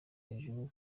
hejuru